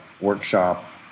workshop